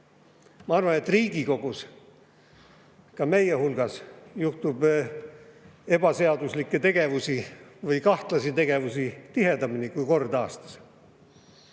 Ma arvan, et Riigikogus, ka meil juhtub ebaseaduslikke tegevusi või kahtlasi tegevusi tihedamini kui kord aastas.